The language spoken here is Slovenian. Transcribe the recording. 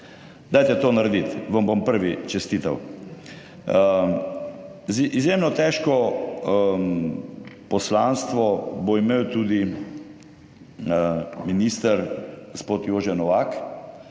Dajte to narediti, vam bom prvi čestital. Izjemno težko poslanstvo bo imel tudi minister gospod Jože Novak,